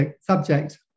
subject